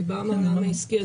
אני באה מהעולם העסקי.